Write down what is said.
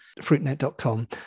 fruitnet.com